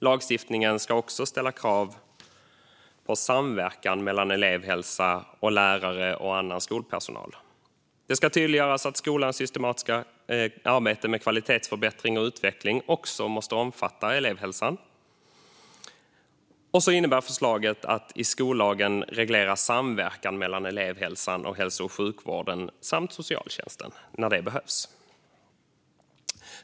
Lagstiftningen ska också ställa krav på samverkan mellan elevhälsa och lärare och annan skolpersonal. Det ska tydliggöras att skolans systematiska arbete med kvalitetsförbättring och utveckling också måste omfatta elevhälsan. Vidare innebär förslaget att i skollagen reglera samverkan mellan elevhälsan och hälso och sjukvården samt socialtjänsten när det behövs.